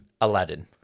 Aladdin